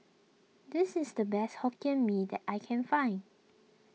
this is the best Hokkien Mee that I can find